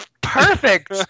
perfect